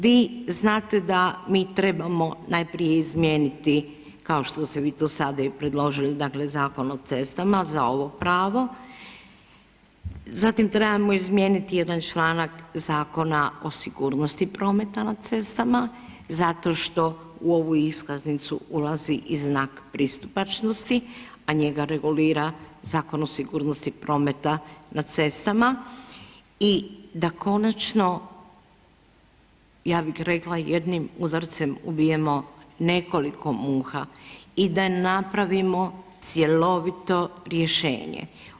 Vi znate da mi trebamo najprije izmijeniti kao što ste vi to sada i predložili dakle Zakon o cestama za ovo pravo, zatim trebamo izmijeniti jedan članak Zakona o sigurnosti prometa na cestama zato što u ovu iskaznicu ulazi i znak pristupačnosti, a njega regulira Zakon o sigurnosti prometa na cestama i da konačno ja bih rekla jednim udarcem ubijemo nekoliko muha i da napravimo cjelovito rješenje.